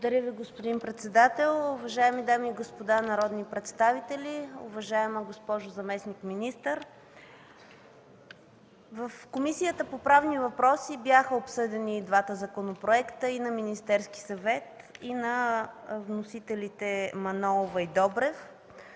Благодаря Ви, господин председател. Уважаеми дами и господа народни представители, уважаема госпожо заместник-министър, в Комисията по правни въпроси бяха обсъдени и двата законопроекта – и на Министерския съвет, и на вносителите Манолова и Добрев.